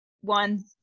one